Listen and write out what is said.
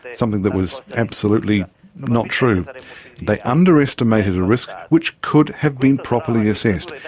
something that was absolutely not true. but and they underestimated a risk which could have been properly assessed,